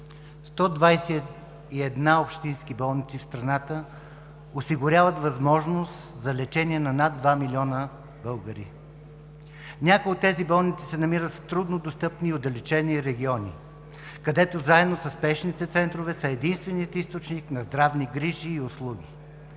121 общински болници в страната осигуряват възможност за лечение на над 2 млн. българи. Някои от тези болници се намират в трудно достъпни и отдалечени региони, където заедно със спешните центрове са единственият източник на здравни грижи и услуги.